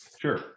sure